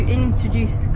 introduce